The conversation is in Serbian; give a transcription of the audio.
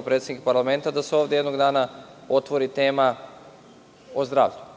predsednik parlamenta, ja podržavam da se ovde jednog dana otvori tema o zdravlju